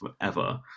forever